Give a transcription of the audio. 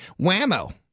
Whammo